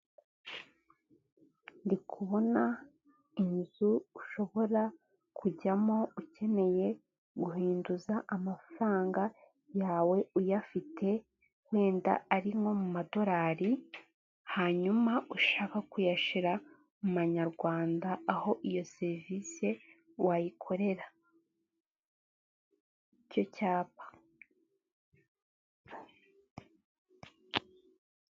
Ndikubona inzu ushobora kujyamo ukeneye guhinduza amafaranga yawe uyafite wenda ari nko mu madorari hanyuma ushaka kuyashyira mumanyarwanda aho iyo serivisi wayikorera icyo cyapa.